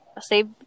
save